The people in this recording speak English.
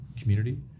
community